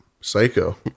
psycho